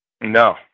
No